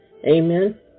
Amen